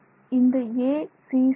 இந்த acc1